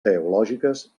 teològiques